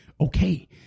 okay